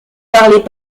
parlez